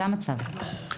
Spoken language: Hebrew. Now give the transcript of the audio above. זה המצב.